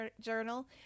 journal